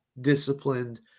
disciplined